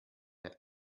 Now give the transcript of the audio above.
der